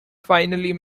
finally